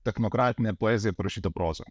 technokratine poezija parašyta prozą